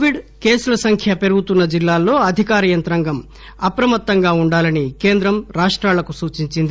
Covid కేసుల సంఖ్య పెరుగుతున్న జిల్లాల్లో అధికార యంత్రాంగం అప్రమత్తంగా వుండాలని కేంద్రం రాష్టాలకు సూచించింది